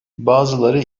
bazıları